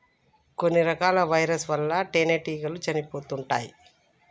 కొన్ని రకాల వైరస్ ల వల్ల తేనెటీగలు చనిపోతుంటాయ్